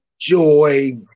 joy